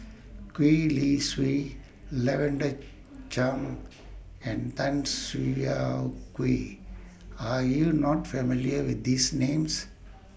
Gwee Li Sui Lavender Chang and Tan Siah Kwee Are YOU not familiar with These Names